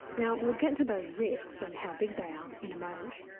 now we'll get to those risks and how big they are in a moment.